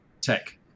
tech